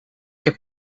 heb